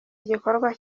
igikorwa